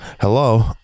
hello